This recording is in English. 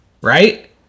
right